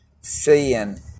seeing